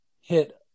hit